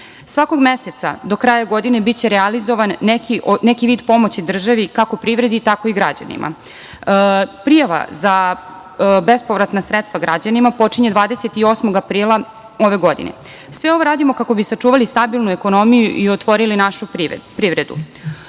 Svakog meseca do kraja godine biće realizovan neki vid pomoći državi, tako i građanima. Prijava za bespovratna sredstva građanima počinje 28. aprila ove godine. Sve ovo radimo kako bi sačuvali stabilnu ekonomiju i otvorili našu privredu. Drugi